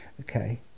Okay